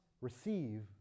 receive